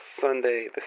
Sunday